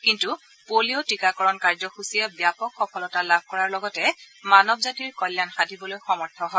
কিন্তু পলিঅ টিকাকৰণ কাৰ্যসূচীয়ে ব্যাপক সফলতা লাভ কৰাৰ লগতে মানৱ জাতিৰ কল্যাণ সাধিবলৈ সমৰ্থ হয়